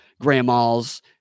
grandmas